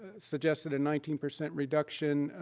suggested a nineteen percent reduction,